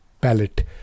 palette